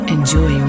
Enjoy